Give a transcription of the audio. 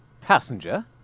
passenger